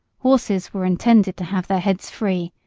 horses were intended to have their heads free,